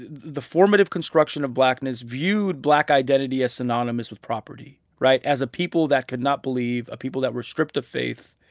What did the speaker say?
the formative construction of blackness viewed black identity as synonymous with property right? as a people that could not believe. a people that were stripped of faith.